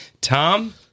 Tom